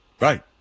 Right